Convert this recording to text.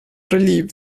relieved